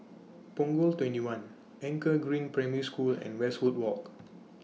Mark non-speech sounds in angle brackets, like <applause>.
Punggol twenty one Anchor Green Primary School and Westwood Walk <noise>